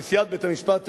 נשיאת בית-המשפט העליון,